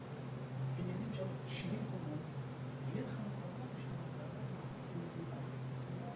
אני אגיד לך מה ההסבר שלי כמו שאני מבינה וכמובן האוצר יתייחסו,